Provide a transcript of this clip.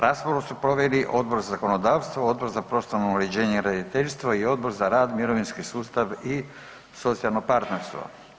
Raspravu su proveli Odbor za zakonodavstvo, Odbor za prostorno uređenje i graditeljstvo i Odbor za rad, mirovinski sustav i socijalno partnerstvo.